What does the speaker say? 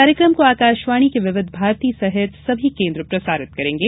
कार्यकम को आकाशवाणी के विविध भारती सहित सभी केन्द्र प्रसारित करेंगे